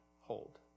hold